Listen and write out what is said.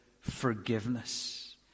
forgiveness